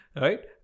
Right